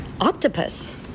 octopus